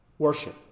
worship